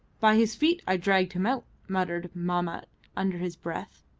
by his feet i dragged him out, muttered mahmat under his breath.